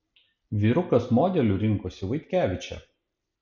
vyrukas modeliu rinkosi vaitkevičę